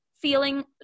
feeling